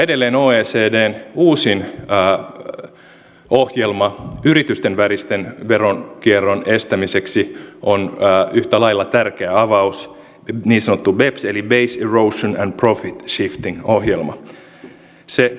edelleen oecdn uusin ohjelma yritysten välisen veronkierron estämiseksi on yhtä lailla tärkeä avaus niin sanottu beps eli base erosion and profit shifting ohjelma